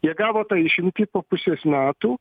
jie gavo tą išimtį po pusės metų